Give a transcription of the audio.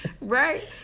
Right